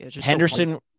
Henderson